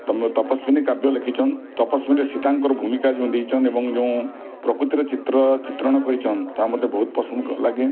ତୁମ ତପସ୍ୱିନୀ କାବ୍ୟ ଲେଖିଛନ୍ ତପସ୍ୱିନୀରେ ସୀତାଙ୍କର ଭୂମିକା ଯେଉଁ ଦେଇଛନ୍ ଏବଂ ଯେଉଁ ପ୍ରକୃତିର ଚିତ୍ର ଚିତ୍ରଣ କରିଛନ୍ ତାହା ମୋତେ ବହୁତ ପସନ୍ଦ ଲାଗେନ୍